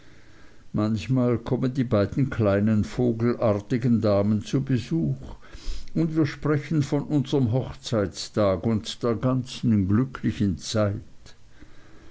manchmal kommen die beiden kleinen vogelartigen damen zu besuch und wir sprechen von unserm hochzeitstag und der ganzen glücklichen zeit